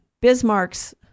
Bismarck's